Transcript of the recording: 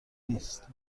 نیست